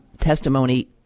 testimony